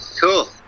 Cool